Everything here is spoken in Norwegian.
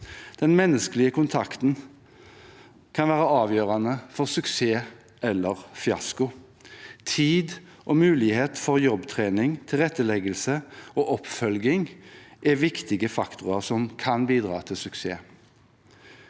Den menneskelige kontakten kan være avgjørende for suksess eller fiasko. Tid og mulighet for jobbtrening, tilretteleggelse og oppfølging er viktige faktorer som kan bidra til suksess.